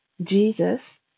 Jesus